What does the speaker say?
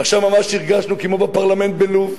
עכשיו ממש הרגשנו כמו בפרלמנט בלוב.